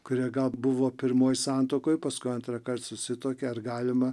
kurie gal buvo pirmoj santuokoj paskui antrąkart susituokė ar galima